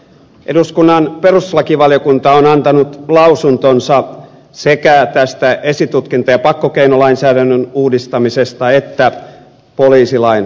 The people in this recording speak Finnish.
eduskunnan perustuslakivaliokunta on antanut lausuntonsa sekä esitutkinta ja pakkokeinolainsäädännön uudistamisesta että poliisilain uudistamisesta